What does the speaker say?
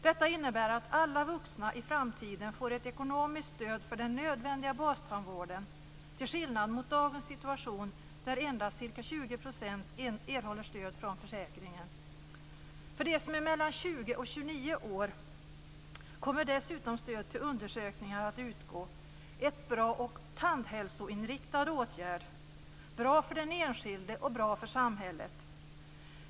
Detta innebär att alla vuxna i framtiden får ett ekonomiskt stöd för den nödvändiga bastandvården, till skillnad från dagens situation där endast ca För dem som är mellan 20 och 29 år kommer dessutom stöd till undersökningar att utgå. Det är en bra och tandhälsoinriktad åtgärd - bra för den enskilde och bra för samhället.